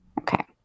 Okay